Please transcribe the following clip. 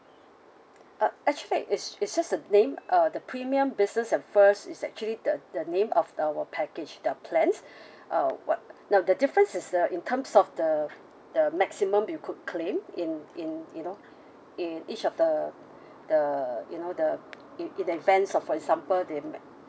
uh actually is it's just a name uh the premium business and first is actually the the name of our package the plans uh what now the difference is the in terms of the the maximum you could claim in in you know in each of the the you know the in events of for example the med~